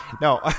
No